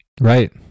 Right